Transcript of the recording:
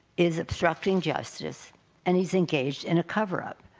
is obstructing justice and he's engaged in a cover-up.